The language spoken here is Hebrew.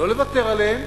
לא לוותר עליהם,